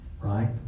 Right